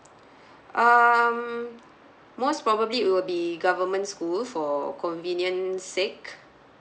um most probably will be government school for convenience sake